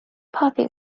puppy